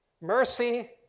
mercy